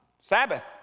Sabbath